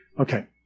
Okay